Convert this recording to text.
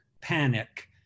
panic